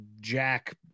jack